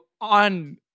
on